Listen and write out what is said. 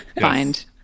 Find